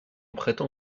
prétend